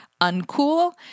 uncool